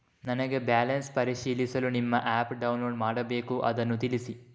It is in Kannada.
ನನಗೆ ಬ್ಯಾಲೆನ್ಸ್ ಪರಿಶೀಲಿಸಲು ನಿಮ್ಮ ಆ್ಯಪ್ ಡೌನ್ಲೋಡ್ ಮಾಡಬೇಕು ಅದನ್ನು ತಿಳಿಸಿ?